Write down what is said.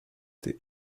thé